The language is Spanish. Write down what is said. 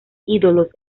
ídolos